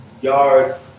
yards